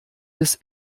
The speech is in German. bis